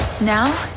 now